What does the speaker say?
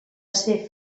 ser